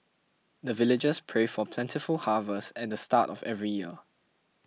the villagers pray for plentiful harvest at the start of every year